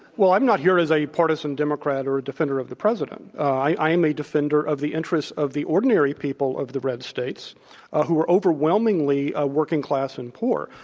well, i'm not here as a partisan democrat or a defender of the president. i am a defender of the interests of the ordinary people of the red states who are overwhelmingly ah working class and poor.